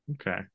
Okay